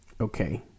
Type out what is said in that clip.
Okay